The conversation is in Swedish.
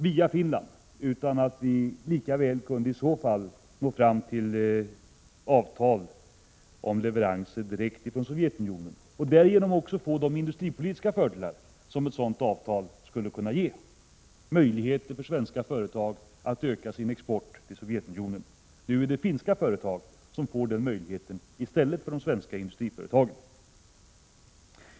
Vi kunde lika väl få avtal om leveranser direkt från Sovjetunionen och därigenom också de industripolitiska fördelar som ett sådant avtal skulle ge. Vi skulle på så sätt skapa möjlighet för svenska företag att öka sin export till Sovjetunionen. Nu är det finska företag som får den möjligheten i stället för de svenska industriföretagen.